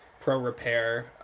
pro-repair